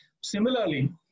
Similarly